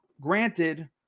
granted